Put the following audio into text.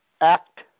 Act